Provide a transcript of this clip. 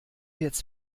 jetzt